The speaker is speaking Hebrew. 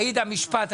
עאידה, משפט.